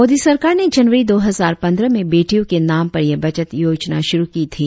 मोदी सरकार ने जनवरी दो हजार पंद्रह में बेटियों के नाम पर यह बचत योजना शुरु की थी